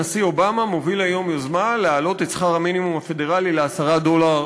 הנשיא אובמה מוביל היום יוזמה להעלות את שכר המינימום הפדרלי ל-10 דולר